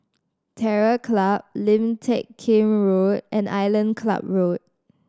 Terror Club Lim Teck Kim Road and Island Club Road